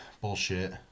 bullshit